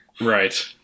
right